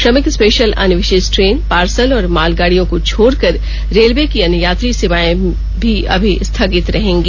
श्रमिक स्पेशल अन्य विशेष ट्रेन पार्सल और मालगाड़ियों को छोड़कर रेलवे की अन्य यात्री सेवाएं भी अभी स्थगित रहेंगी